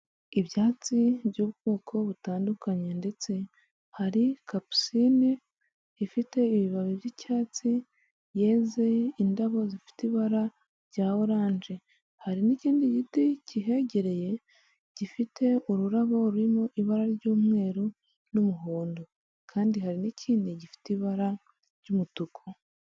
Ibyatsi by'ubwoko butandukanye ndetse hari kapusine ifite ibibabi by'icyatsi yeze indabo zifite ibara rya oranje hari n'ikindi giti kihegereye gifite ururabo rurimo ibara ry'umweru n'umuhondo kandi hari n'ikindi gifite ibara ry'umutuku.